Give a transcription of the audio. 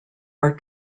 are